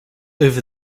over